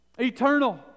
eternal